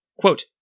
Quote